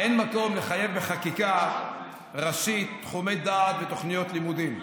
אין מקום לחייב בחקיקה ראשית תחומי דעת ותוכנית לימודים.